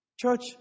Church